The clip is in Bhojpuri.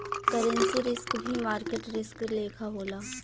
करेंसी रिस्क भी मार्केट रिस्क लेखा होला